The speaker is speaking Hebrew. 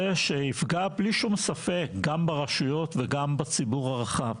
שיפגע בלי שום ספק גם ברשויות וגם בציבור הרחב.